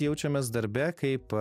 jaučiamės darbe kaip